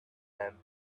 them